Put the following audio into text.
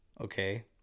okay